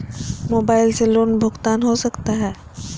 Mobile से loan भुगतान हो सकता है?